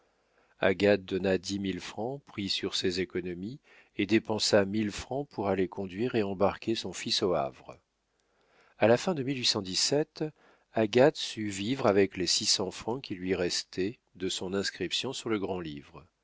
agathe donna dix mille francs pris sur ses économies et dépensa mille francs pour aller conduire et embarquer son fils au havre a la fin de agate sut vivre avec les six cents francs qui lui restaient de son inscription sur le grand-livre